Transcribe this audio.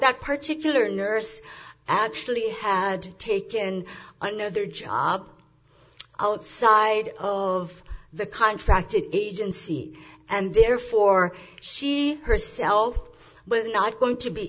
that particular nurse actually had to take and i know their job outside of the contracted agency and therefore she herself was not going to be